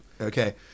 Okay